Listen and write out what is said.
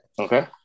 Okay